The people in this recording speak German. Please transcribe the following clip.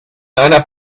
einer